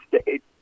States